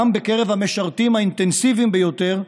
גם בקרב המשרתים האינטנסיביים ביותר,